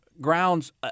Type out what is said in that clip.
grounds